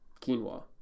Quinoa